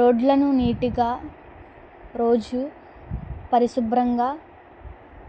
రోడ్లను నీట్గా రోజూ పరిశుభ్రంగా